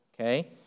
okay